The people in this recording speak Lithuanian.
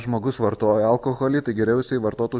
žmogus vartoja alkoholį tai geriau jisai vartotų